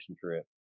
trip